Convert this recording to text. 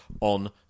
on